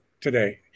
today